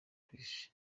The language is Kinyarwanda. christ